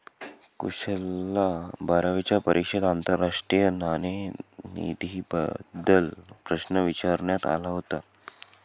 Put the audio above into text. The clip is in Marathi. कुशलला बारावीच्या परीक्षेत आंतरराष्ट्रीय नाणेनिधीबद्दल प्रश्न विचारण्यात आला होता